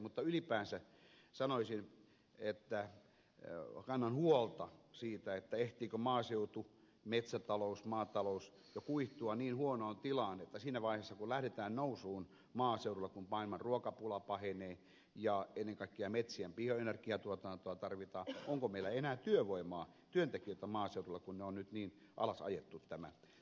mutta ylipäänsä sanoisin että kannan huolta siitä ehtiikö maaseutu metsätalous maatalous jo kuihtua niin huonoon tilaan että siinä vaiheessa kun lähdetään nousuun maaseudulla kun maailman ruokapula pahenee ja ennen kaikkea metsien bioenergiatuotantoa tarvitaan on epävarmaa onko meillä enää työvoimaa työntekijöitä maaseudulla kun on nyt niin alasajettu tämä tilanne